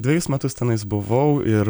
dvejus metus tenais buvau ir